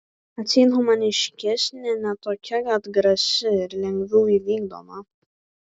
atseit humaniškesnė ne tokia atgrasi ir lengviau įvykdoma